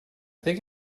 think